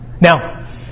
Now